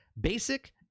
basic